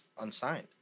unsigned